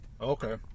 Okay